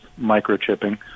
microchipping